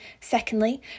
Secondly